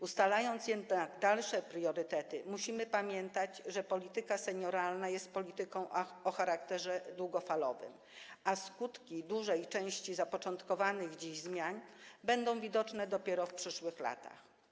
Ustalając jednak dalsze priorytety, musimy pamiętać, że polityka senioralna jest polityką o charakterze długofalowym, a skutki dużej części zapoczątkowanych dziś zmian będą widoczne dopiero w przyszłych latach.